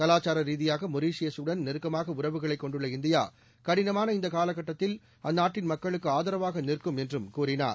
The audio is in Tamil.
கலாச்சார ரீதியாக மொரிஷியசுடன் நெருக்கமாக உறவுகளை கொண்டுள்ள இந்தியா கடினமான இந்த காலக்கட்டத்தில் இந்தியா அந்நாட்டின் மக்களுக்கு ஆதரவாக நிற்கும் என்று கூறினார்